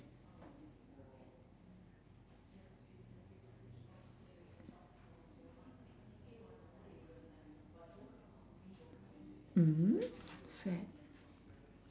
mmhmm fad